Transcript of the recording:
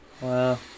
Wow